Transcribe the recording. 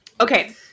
Okay